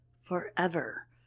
forever